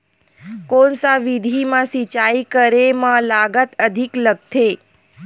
कोन सा विधि म सिंचाई करे म लागत अधिक लगथे?